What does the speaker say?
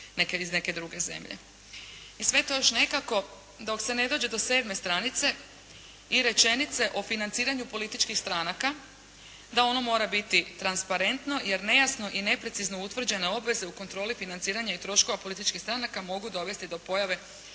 I sve to još nekako dok se ne dođe do 7 stranice i rečenice o financiranju političkih stranaka, da ono mora biti transparentno, jer nejasno i neprecizno utvrđene obveze u kontroli financiranja i troškova političkih stranaka mogu dovesti do pojave